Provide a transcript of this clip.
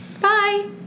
Bye